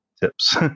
tips